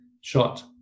shot